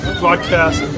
broadcast